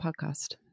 podcast